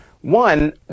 one